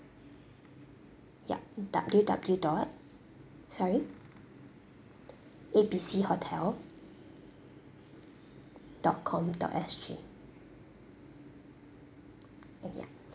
yup W W dot sorry A B C hotel dot com dot S_G ya